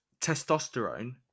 testosterone